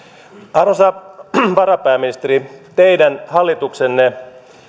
arvoisa varapääministeri teidän hallituksenne